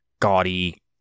gaudy